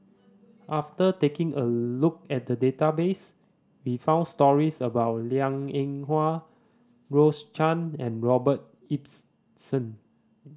after taking a look at the database we found stories about Liang Eng Hwa Rose Chan and Robert Ibbetson